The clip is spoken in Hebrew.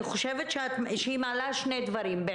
האלימות גואה אבל אנחנו לא כל כך מצליחים לאתר.